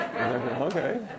Okay